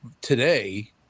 today